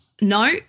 No